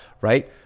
Right